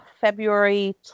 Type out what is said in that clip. February